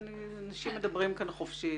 אנשים מדברים כאן חופשי.